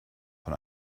von